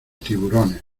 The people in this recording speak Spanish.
tiburones